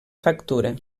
factura